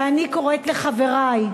ואני קוראת לחברי,